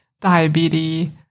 diabetes